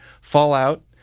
Fallout